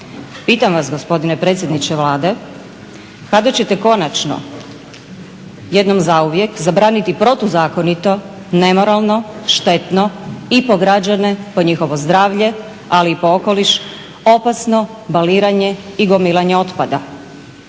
Pitam vas gospodine predsjedniče Vlade kada ćete konačno, jednom zauvijek zabraniti protuzakonito, nemoralno, štetno i po građane, po njihovo zdravlje, ali i po okoliš opasno baliranje i gomilanje otpada.